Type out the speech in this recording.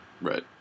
Right